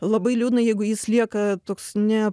labai liūdna jeigu jis lieka toks ne